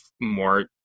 more